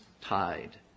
tied